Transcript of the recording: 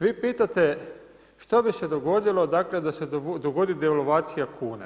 Vi pitate, što bi se dogodilo, dakle, da se dogodi devalvacija kune.